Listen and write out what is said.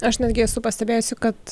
aš netgi esu pastebėjusi kad